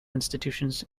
institutions